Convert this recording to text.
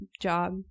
job